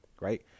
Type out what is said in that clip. right